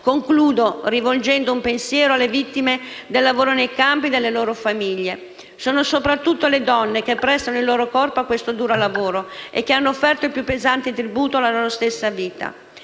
Concludo rivolgendo un pensiero alle vittime del lavoro nei campi e alle loro famiglie. Sono soprattutto le donne che prestano il loro corpo a questo duro lavoro e che hanno offerto il più pesante tributo: la loro stessa vita.